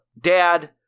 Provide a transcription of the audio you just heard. dad